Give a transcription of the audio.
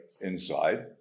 inside